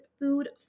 food